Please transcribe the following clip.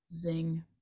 Zing